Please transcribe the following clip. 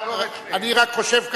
אני רק חושב כך.